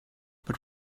but